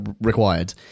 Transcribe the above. required